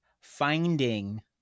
finding